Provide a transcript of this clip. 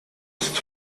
ist